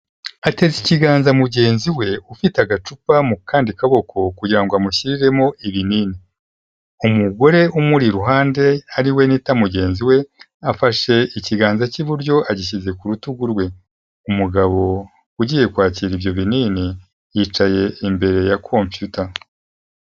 Ateza ikiganza mugenzi we ufite agacupa mu kandi kaboko kugira ngo amushyiriremo ibinini, umugore umuri iruhande ari we nita mugenzi we, afashe ikiganza cy'iburyo agishyize ku rutugu rwe, umugabo ugiye kwakira ibyo binini yicaye imbere ya computer.